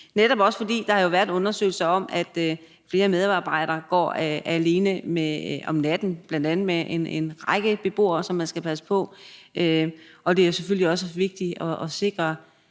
netop også fordi der jo har været en undersøgelse, der har vist, at flere medarbejdere går alene om natten, bl.a. med en række beboere, som man skal passe på. Og det er selvfølgelig også vigtigt at sikre